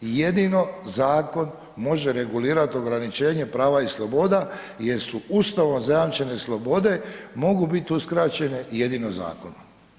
I jedino zakon može regulirati ograničenje prava i sloboda jer Ustavom zajamčene slobode mogu biti uskraćeno i jedino zakonom.